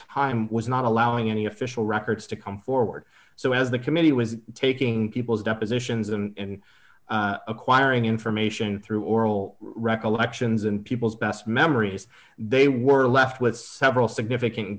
time was not allowing any official records to come forward so as the committee was taking people's depositions and acquiring information through oral recollections and people's best memories they were left with several significant